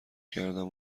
کردم